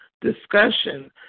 discussion